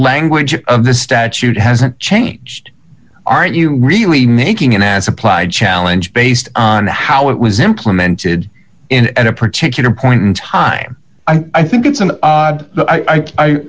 language of the statute hasn't changed aren't you really making it as applied challenge based on how it was implemented in at a particular point in time i think it's an odd but i i